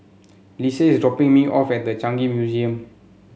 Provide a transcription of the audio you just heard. Lise is dropping me off at The Changi Museum